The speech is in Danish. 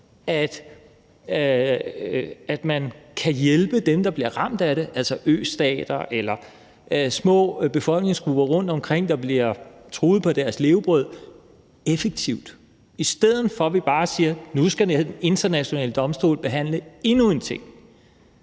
at man kan hjælpe dem, der bliver ramt af det – altså østater eller små befolkningsgrupper rundtomkring, der bliver truet på deres levebrød – effektivt, i stedet for at vi bare siger, at nu skal den internationale domstol behandle endnu en ting,